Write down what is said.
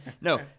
No